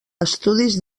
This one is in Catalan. estudis